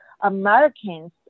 Americans